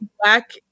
black